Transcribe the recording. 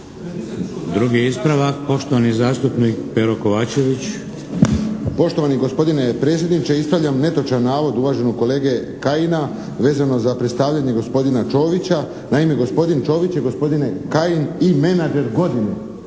Drugi ispravak poštovani zastupnik Pero KOvačević. **Kovačević, Pero (HSP)** Poštovani gospodine predsjedniče, ispravljam netočan navod uvaženog kolege Kajina vezano za predstavljanje gospodina Čovića. Naime gospodin Čović je gospodine Kajin i menadžer godine